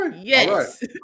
Yes